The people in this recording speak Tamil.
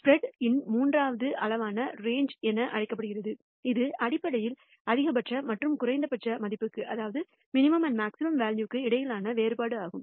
ஸ்பிரெட் இன் மூன்றாவது அளவானது ரேஞ் என அழைக்கப்படுகிறது இது அடிப்படையில் அதிகபட்ச மற்றும் குறைந்தபட்ச மதிப்புக்கு இடையிலான வேறுபாடு ஆகும்